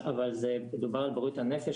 מדובר על בריאות הנפש,